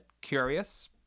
curious